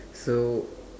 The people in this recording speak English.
so